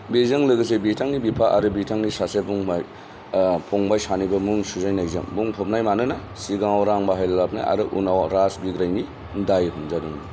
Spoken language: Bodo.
बेजों लोगोसे बिथांनि बिफा आरो बिथांनि सासे फंबाइ फंबाइ सानैबो मुं सुजानायजों बुंफबनायमोन मानोना सिगाङाव रां बाहायलाबायनाय आरो उनाव राज बिग्रायनायनि दाय हमजादोंमोन